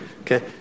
Okay